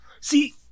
See